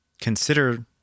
consider